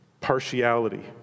partiality